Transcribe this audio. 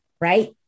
right